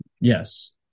Yes